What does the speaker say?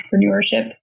entrepreneurship